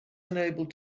unable